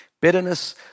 Bitterness